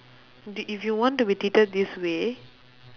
did if you want to be treated this way